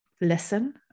listen